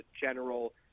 general